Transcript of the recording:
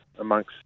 Amongst